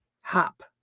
hop